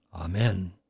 Amen